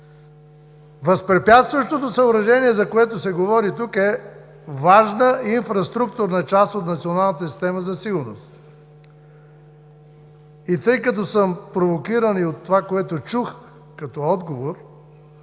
Възпрепятстващото съоръжение, за което се говори тук, е важна инфраструктурна част от националната система за сигурност. Тъй като съм провокиран и от това, което чух като отговор,